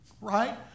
right